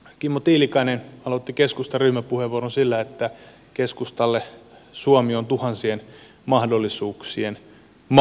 kimmo tiilikainen aloitti keskustan ryhmäpuheenvuoron sillä että keskustalle suomi on tuhansien mahdollisuuksien maa